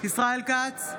ישראל כץ,